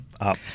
up